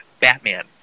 Batman